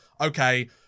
okay